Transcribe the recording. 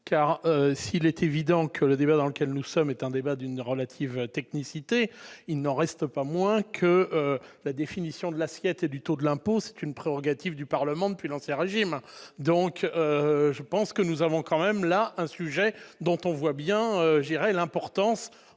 car s'il est évident que le débat dans lequel nous sommes est un débat d'une relative technicité, il n'en reste pas moins que la définition de la société du taux de l'impôt, c'est une prérogative du Parlement depuis l'ancien régime, donc je pense que nous avons quand même là un sujet dont on voit bien gérer l'importance